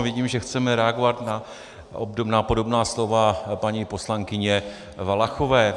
Vidím, že chceme reagovat na podobná slova paní poslankyně Valachové.